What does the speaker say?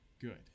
good